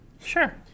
Sure